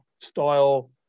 style